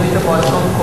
מברית-המועצות קודם.